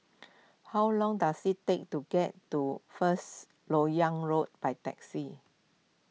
how long does it take to get to First Lok Yang Road by taxi